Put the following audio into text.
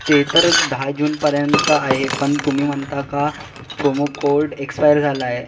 ते तर दहा जूनपर्यंत आहे पण तुम्ही म्हणता का प्रोमो कोड एक्सपायर झाला आहे